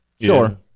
Sure